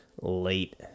late